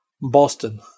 Boston